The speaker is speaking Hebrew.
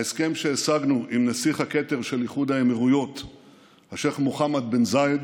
ההסכם שהשגנו עם נסיך הכתר של איחוד האמירויות השייח' מוחמד בן זיאד,